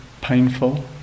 painful